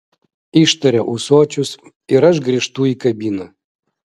ištaria ūsočius ir aš grįžtu į kabiną